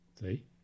See